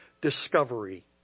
discovery